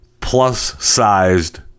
plus-sized